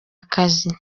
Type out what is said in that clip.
akazi